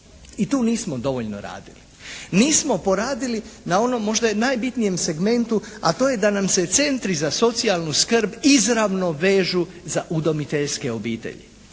I tu nismo dovoljno radili. Nismo poradili na onom možda najbitnijem segmentu, a to je da nam se centri za socijalnu skrb izravno vežu za udomiteljske obitelji.